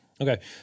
Okay